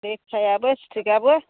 लेखायाबो स्थिखआबो